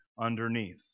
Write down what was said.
underneath